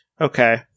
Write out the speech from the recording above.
Okay